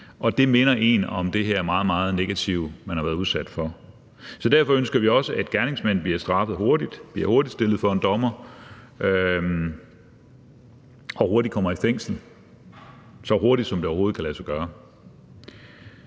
og det minder en om det her meget, meget negative, man har været udsat for. Derfor ønsker vi også, at gerningsmænd bliver straffet hurtigt, hurtigt bliver stillet for en dommer og hurtigt kommer i fængsel – så hurtigt som det overhovedet kan lade sig gøre.